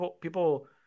people –